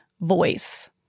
voice